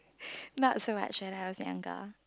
not so much when I was younger